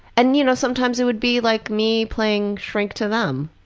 and you know sometimes it would be like me playing shrink to them